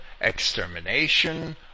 extermination